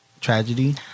tragedy